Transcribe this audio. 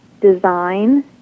design